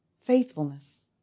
faithfulness